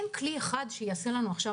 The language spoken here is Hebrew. אין כלי אחד שיעשה נס.